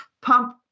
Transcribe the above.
pump